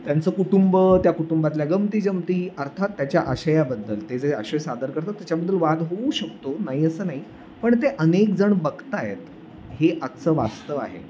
त्यांचं कुटुंब त्या कुटुंबातल्या गमतीजमती अर्थात त्याच्या आशयाबद्दल ते जे आशय सादर करतात त्याच्याबद्दल वाद होऊ शकतो नाही असं नाही पण ते अनेक जण बघत आहेत हे आजचं वास्तव आहे